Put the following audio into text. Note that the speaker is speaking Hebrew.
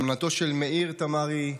אלמנתו של מאיר תמרי,